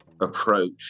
approach